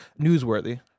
newsworthy